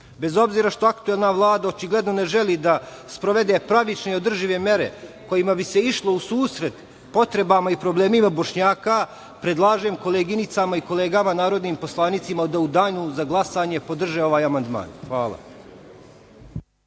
obzira što aktuelna Vlada očigledno ne želi da sprovede pravične i održive mere kojima bi se išlo u susret potrebama i problemima Bošnjaka, predlažem koleginicama i kolegama narodnim poslanicima da u danu za glasanje podrže ovaj amandman. Hvala.